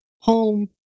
home